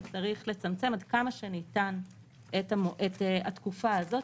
וצריך לצמצם עד כמה שניתן את התקופה הזאת,